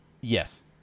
yes